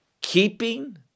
keeping